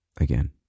Again